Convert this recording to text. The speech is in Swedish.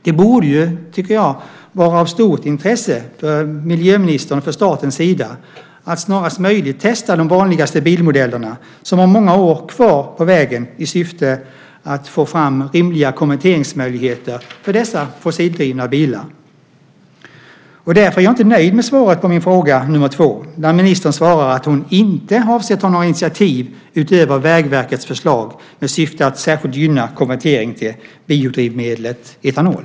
Det borde vara av stort intresse för miljöministern och för staten att snarast möjligt testa de vanligaste bilmodellerna, som har många år kvar på vägen, i syfte att få fram rimliga konverteringsmöjligheter för dessa fossildrivna bilar. Därför är jag inte nöjd med svaret på min fråga nummer två, där ministern svarar att hon inte avser att ta några initiativ utöver Vägverkets förslag med syfte att särskilt gynna konvertering till biodrivmedlet etanol.